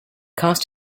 cast